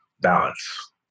balance